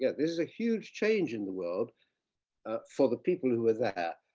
yeah this is a huge change in the world for the people who were there.